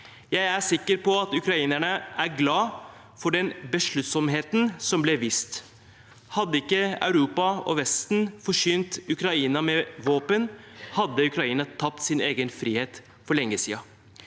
Jeg er sikker på at ukrainerne er glade for den besluttsomheten som ble vist. Hadde ikke Europa og Vesten forsynt Ukraina med våpen, hadde Ukraina tapt sin egen frihet for lenge siden.